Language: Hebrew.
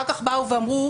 אחר כך באו ואמרו: